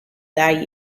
that